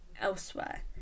elsewhere